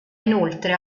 inoltre